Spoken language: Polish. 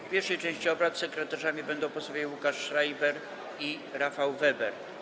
W pierwszej części obrad sekretarzami będą posłowie Łukasz Schreiber i Rafał Weber.